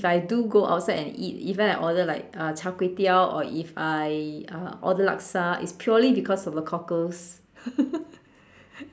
if I do go outside and eat even order like uh Char-Kway-Teow or if I uh order Laksa it's purely because of the cockles